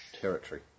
territory